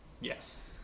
yes